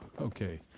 Okay